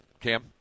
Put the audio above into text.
Cam